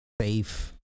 safe